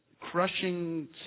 crushing